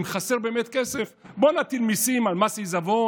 אם חסר באמת כסף, בוא נטיל מיסים על עיזבון,